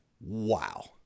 wow